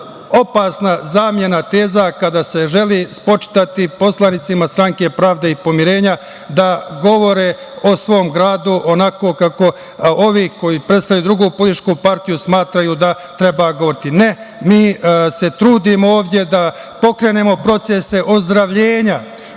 opasna zamena teza kada se želi spočitati poslanicima Stranke pravde i pomirenja da govore o svom gradu onako kako ovi koji predstavljaju drugu političku partiju smatraju da treba govoriti. Ne, mi se trudimo ovde da pokrenemo procese ozdravljenja